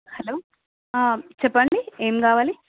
hello చెప్పండి ఏం కావాలి